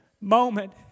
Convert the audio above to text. moment